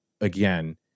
again